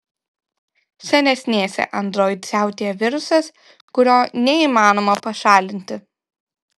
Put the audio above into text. senesnėse android siautėja virusas kurio neįmanoma pašalinti